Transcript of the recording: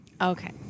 Okay